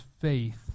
faith